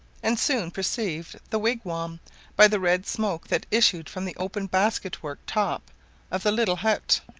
and soon perceived the wigwam by the red smoke that issued from the open basket-work top of the little hut.